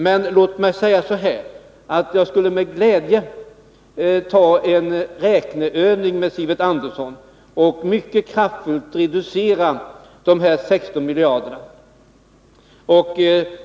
Men låt mig säga att jag med glädje skulle delta i en räkneövning med Sivert Andersson och mycket kraftigt reducera de här 16 miljarderna.